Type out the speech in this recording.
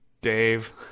Dave